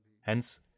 Hence